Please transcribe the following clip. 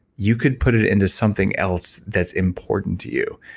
you could put it in to something else that's important to you.